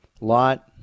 lot